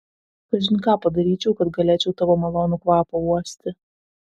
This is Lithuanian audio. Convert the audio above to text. kažin ką padaryčiau kad galėčiau tavo malonų kvapą uosti